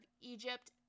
Egypt